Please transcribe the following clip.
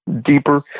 deeper